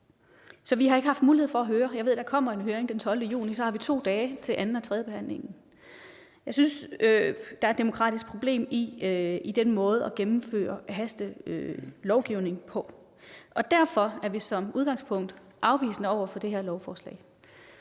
Så vi har ikke haft mulighed for at høre parter i sagen. Jeg ved, der kommer en høring den 12. juni, og så har vi 2 dage til anden- og tredjebehandlingen. Jeg synes, der er et demokratisk problem i den måde at gennemføre hastelovgivning på. Derfor er vi som udgangspunkt afvisende over for det her lovforslag.